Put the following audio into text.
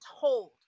told